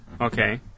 okay